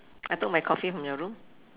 I took my coffee from your room